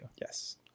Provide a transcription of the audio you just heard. yes